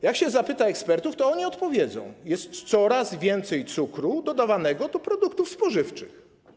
Jak się zapyta ekspertów, to oni odpowiedzą: jest coraz więcej cukru dodawanego do produktów spożywczych.